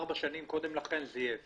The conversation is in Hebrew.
ארבע שנים קודם לכן זייף